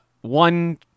one